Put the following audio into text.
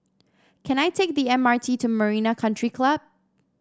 can I take the M R T to Marina Country Club